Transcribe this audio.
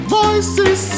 voices